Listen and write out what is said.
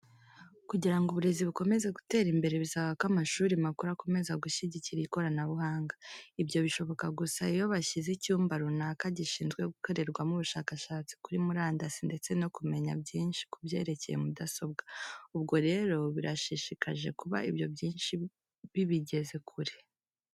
Kugira ngo uburezi bukomeze gutera imbere, bisaba ko amashuri makuru akomeza gushyigikira ikoranabuhanga. Ibyo bishoboka gusa iyo bashyize icyumba runaka gishinzwe gukorerwamo ubushakashatsi kuri murandasi ndetse no kumenya byinshi kubyerekeye mudasobwa. Ubwo rero birashishikaje kuba ibo byinshi bibigeze kure.